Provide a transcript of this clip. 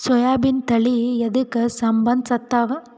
ಸೋಯಾಬಿನ ತಳಿ ಎದಕ ಸಂಭಂದಸತ್ತಾವ?